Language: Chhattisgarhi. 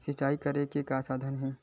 सिंचाई करे के का साधन हे?